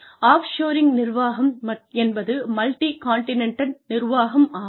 of ஷோரிங் நிர்வாகம் என்பது multi continent நிர்வாகம் ஆகும்